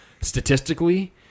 statistically